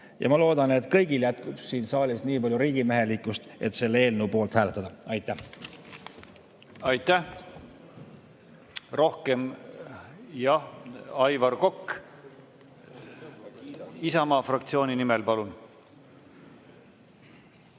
Ma loodan, et kõigil jätkub siin saalis nii palju riigimehelikkust, et selle eelnõu poolt hääletada. Aitäh! Aitäh! Rohkem ... Jah, Aivar Kokk Isamaa fraktsiooni nimel, palun!